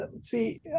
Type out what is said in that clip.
See